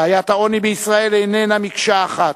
בעיית העוני בישראל איננה מקשה אחת.